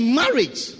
marriage